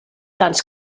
tants